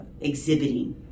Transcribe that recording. exhibiting